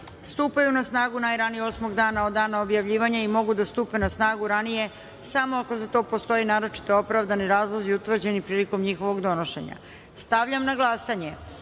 stupaju na snagu najranije osmog dana od dana objavljivanja i mogu da stupe na snagu ranije samo ako za to postoje naročito opravdani razlozi utvrđeni prilikom njihovog donošenja. Stavljam na glasanje